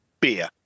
beer